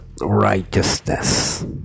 righteousness